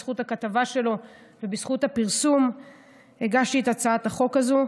בזכות הכתבה שלו ובזכות הפרסום הגשתי את הצעת החוק הזאת,